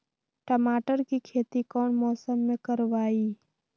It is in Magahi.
टमाटर की खेती कौन मौसम में करवाई?